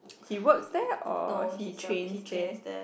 he works there or he trains there